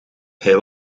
hij